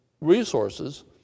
resources